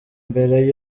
mbere